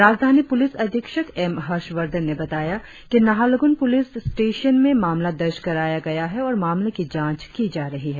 राजधानी पुलिस अधीक्षक एम हर्षवर्धन ने बताया कि नाहरलगुन पुलिस स्टेशन में मामला दर्ज कराया गया है और मामले की जांच की जा रही है